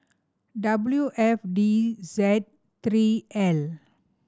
W F D Z three L